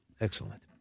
Excellent